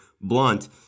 Blunt